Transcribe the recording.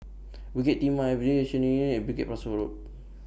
Bukit Timah Bukit Pasoh Road